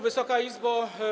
Wysoka Izbo!